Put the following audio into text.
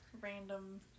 random